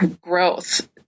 Growth